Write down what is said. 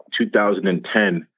2010